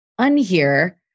unhear